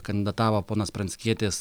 kandidatavo ponas pranckietis